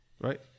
right